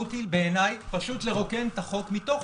המשמעות היא בעיני פשוט לרוקן את החוק מתוכן.